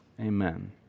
Amen